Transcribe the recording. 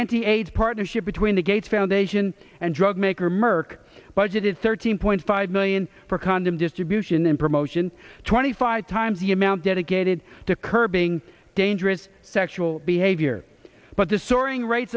anti aids partnership between the gates foundation and drug maker merck budgeted thirteen point five million for condom distribution and promotion twenty five times the amount dedicated to curbing dangerous sexual behavior but the soaring rates